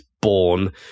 born